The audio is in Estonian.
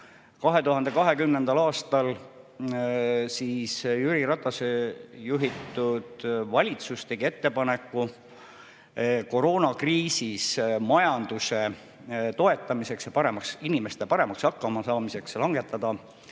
2020. aastal tegi Jüri Ratase juhitud valitsus ettepaneku koroonakriisis majanduse toetamiseks ja inimeste paremaks hakkamasaamiseks langetada